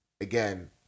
again